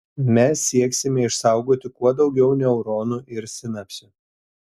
mes sieksime išsaugoti kuo daugiau neuronų ir sinapsių